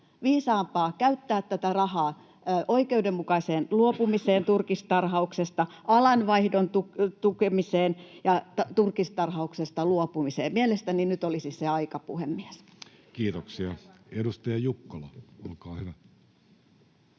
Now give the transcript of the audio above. viisaampaa käyttää tätä rahaa oikeudenmukaiseen luopumiseen turkistarhauksesta ja alanvaihdon tukemiseen? Mielestäni nyt olisi se aika, puhemies. Kiitoksia. — Edustaja Jukkola, olkaa hyvä.